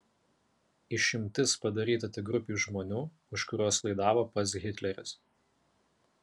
išimtis padaryta tik grupei žmonių už kuriuos laidavo pats hitleris